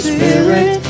Spirit